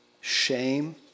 shame